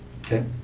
Okay